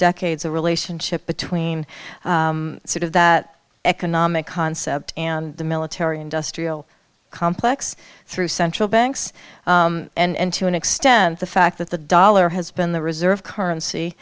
decades a relationship between sort of that economic concept and the military industrial complex through central banks and to an extent the fact that the dollar has been the reserve